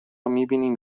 میبینیم